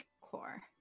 core